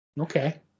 Okay